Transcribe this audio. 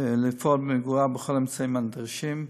ולפעול למיגורה בכל האמצעים הנדרשים.